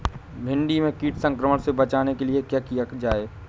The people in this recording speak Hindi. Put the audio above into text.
भिंडी में कीट संक्रमण से बचाने के लिए क्या किया जाए?